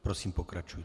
Prosím, pokračujte.